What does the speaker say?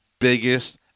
biggest